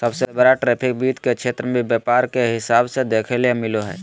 सबसे बड़ा ट्रैफिक वित्त के क्षेत्र मे व्यापार के हिसाब से देखेल मिलो हय